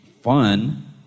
fun